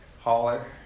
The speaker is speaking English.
holler